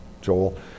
Joel